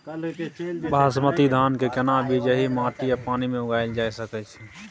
बासमती धान के केना बीज एहि माटी आ पानी मे उगायल जा सकै छै?